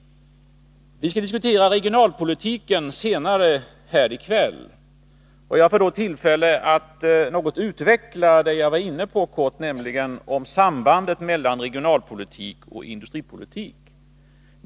Vi skall diskutera regionalpolitiken senare i kväll, och jag får då tillfälle att något utveckla det jag kortfattat var inne på, nämligen sambandet mellan regionalpolitik och industripolitik.